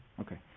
Okay